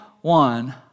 one